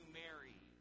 mary